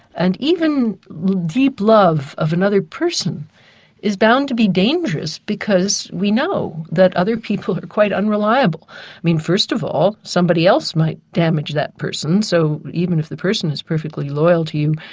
and even deep love of another person is bound to be dangerous because we know that other people are quite unreliable. i mean first of all somebody else might damage that person, so even if the person is perfectly loyal to you,